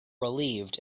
relieved